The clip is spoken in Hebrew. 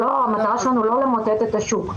המטרה שלנו היא לא למוטט את השוק.